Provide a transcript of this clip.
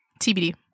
TBD